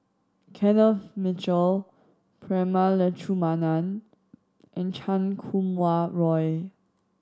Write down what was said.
Kenneth Mitchell Prema Letchumanan and Chan Kum Wah Roy